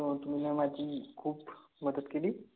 तुम तुमच्या माहितीने खूप मदत केली